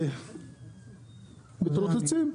מתרוצצים.